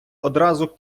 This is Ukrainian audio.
одразу